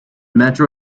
metro